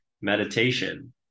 meditation